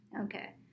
Okay